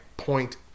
point